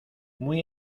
muy